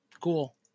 Cool